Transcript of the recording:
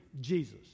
Jesus